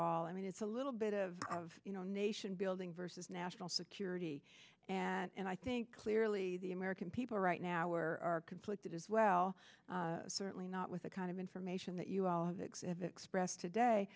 all i mean it's a little bit of of you know nation building versus national security and i think clearly the american people right now are conflicted as well certainly not with the kind of information that you all of exhibit expressed today